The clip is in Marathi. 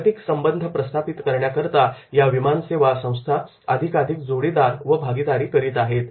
जागतिक संबंध प्रस्थापित करण्याकरिता या विमानसेवा संस्था अधिकाधिक जोडीदार व भागीदारी करीत आहेत